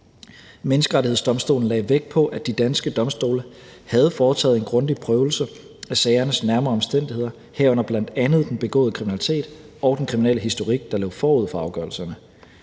Menneskerettighedsdomstolen lagde vægt på, at de danske domstole havde foretaget en grundig prøvelse af sagernes nærmere omstændigheder, herunder bl.a. den begåede kriminalitet og den kriminelle historik, der lå forud for afgørelserne.